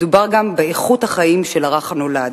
מדובר גם באיכות החיים של הרך הנולד.